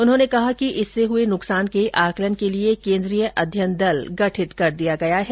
उन्होंने कहा कि इससे हुए नुकसान के आंकलन के लिए केन्द्रीय अध्ययन दल गठित कर दिया गया है